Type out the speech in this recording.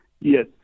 Yes